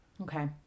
Okay